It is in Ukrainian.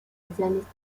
замість